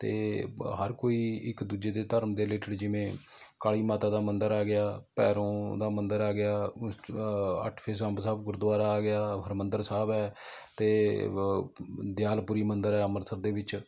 ਅਤੇ ਹਰ ਕੋਈ ਇੱਕ ਦੂਜੇ ਦੇ ਧਰਮ ਦੇ ਰਿਲੇਟਡ ਜਿਵੇਂ ਕਾਲੀ ਮਾਤਾ ਦਾ ਮੰਦਰ ਆ ਗਿਆ ਭੈਰੋਂ ਦਾ ਮੰਦਰ ਆ ਗਿਆ ਅੱਠ ਫੇਸ ਅੰਬ ਸਾਹਿਬ ਗੁਰਦੁਆਰਾ ਆ ਗਿਆ ਹਰਿਮੰਦਰ ਸਾਹਿਬ ਹੈ ਅਤੇ ਦਿਆਲਪੁਰੀ ਮੰਦਰ ਹੈ ਅੰਮ੍ਰਿਤਸਰ ਦੇ ਵਿੱਚ